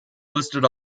listed